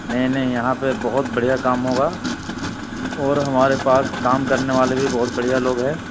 نہیں نہیں یہاں پہ بہت بڑھیا کام ہوگا اور ہمارے پاس کام کرنے والے بھی بہت بڑھیا لوگ ہیں